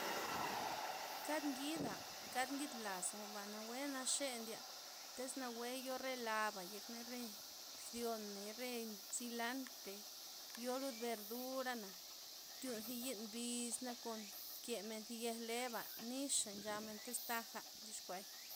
Kad ngida', kand ngid blaza jwa'n nawe naxe ndi'a tez nawe yo re laba yekney re bxioney, re zilantrey, yo lud verdura'na, btyun zi yi'n bizna kon kemen zi yej le'ba nixa nchamen thiz taga tyoxkuay.